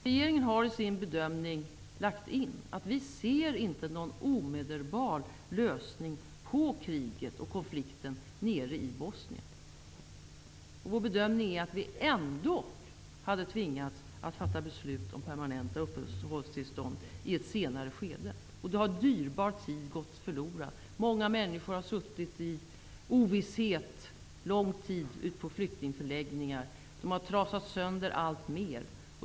Regeringen har i sin bedömning lagt in att man inte ser någon omedelbar lösning på kriget och konflikten nere i Bosnien. Vår bedömning är att vi ändock hade tvingats att fatta beslut om permanenta uppehållstillstånd i ett senare skede. Då har dyrbar tid gått förlorad. Många människor har suttit i ovisshet lång tid ute på flyktingförläggningar. De har trasats sönder alltmer.